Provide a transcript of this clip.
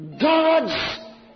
God's